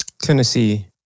Tennessee